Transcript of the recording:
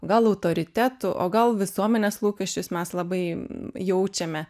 gal autoritetų o gal visuomenės lūkesčius mes labai jaučiame